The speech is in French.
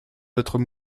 d’autres